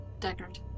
Deckard